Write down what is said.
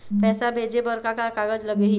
पैसा भेजे बर का का कागज लगही?